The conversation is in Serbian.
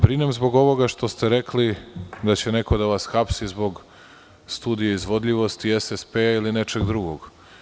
Brinem zbog ovoga što ste rekli da će neko da vas hapsi zbog studije izvodljivosti, SSP ili nečeg drugog.